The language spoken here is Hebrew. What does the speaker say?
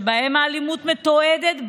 שבהם האלימות מתועדת,